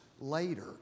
later